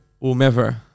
whomever